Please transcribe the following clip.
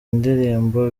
indirimbo